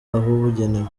ahabugenewe